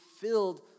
filled